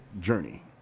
journey